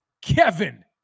kevin